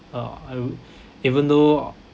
uh I'll even though uh